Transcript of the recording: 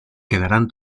quedarán